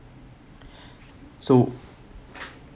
so